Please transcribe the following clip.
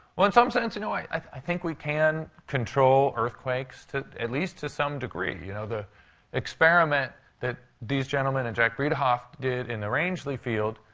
well, in some sense, you know, i i think we can control earthquakes, at least to some degree. you know, the experiment that these gentleman and jack bredehoeft did in the rangely field,